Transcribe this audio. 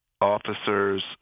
officers